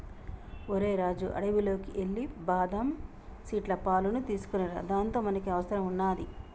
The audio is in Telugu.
ఓరై రాజు అడవిలోకి ఎల్లి బాదం సీట్ల పాలును తీసుకోనిరా దానితో మనకి అవసరం వున్నాది